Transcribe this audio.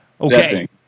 Okay